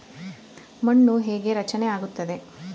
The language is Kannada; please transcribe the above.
ಮಣ್ಣು ಹೇಗೆ ರಚನೆ ಆಗುತ್ತದೆ?